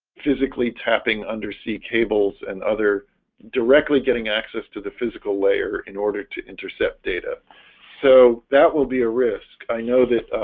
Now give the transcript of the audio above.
physically tapping undersea cables and other directly getting access to the physical layer in order to intercept data so that will be a risk i know that